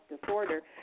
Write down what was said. Disorder